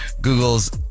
Google's